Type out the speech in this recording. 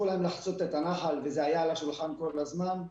להם לחצות את הנחל וזה היה על השולחן כל הזמן.